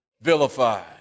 vilified